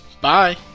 bye